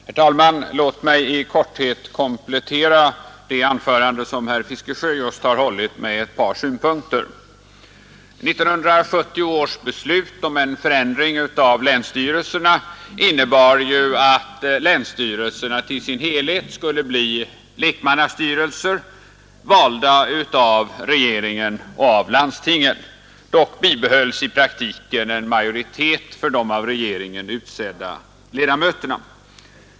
Herr talman! Låt mig i korthet med ett par synpunkter komplettera det anförande som herr Fiskesjö just har hållit. 1970 års beslut om förändring av länsstyrelserna innebar ju att länsstyrelserna i sin helhet skulle bli lekmannastyrelser, valda av regeringen och landstingen. Dock bibehölls i praktiken en majoritet för de av regeringen utsedda ledamöterna.